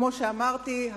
כמו שאמרתי,